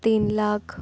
तीन लाख